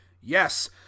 yes